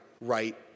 right